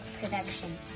production